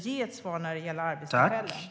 Ge ett svar när det gäller arbetstillfällen!